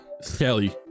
Sally